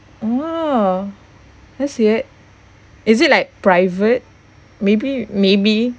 !wow! that's it is it like private maybe maybe